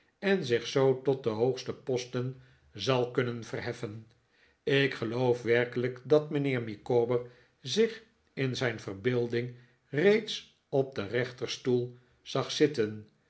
en zich zoo tot de hoogste posten zal kunnen verheffen ik geloof werkelijk dat mijnheer micawber zich in zijn verbeelding reeds op den rechterstoel zag zitten